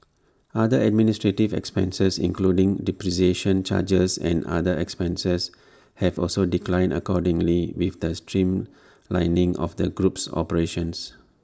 other administrative expenses including depreciation charges and other expenses have also declined accordingly with the streamlining of the group's operations